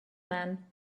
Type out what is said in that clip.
man